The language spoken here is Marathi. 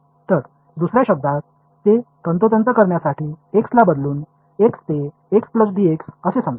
तर दुसर्या शब्दात ते तंतोतंत करण्यासाठी x ला बदलून x ते x dx असे समजा